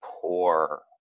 poor